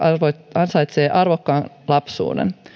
ansaitsee arvokkaan lapsuuden